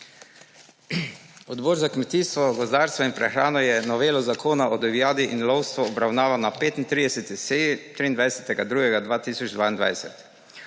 Odbor za kmetijstvo, gozdarstvo in prehrano je novelo Zakona o divjadi in lovstvu obravnaval na 35. seji 23. 2. 2022.